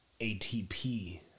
ATP